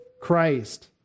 Christ